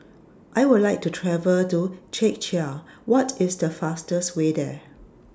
I Would like to travel to Czechia What IS The fastest Way There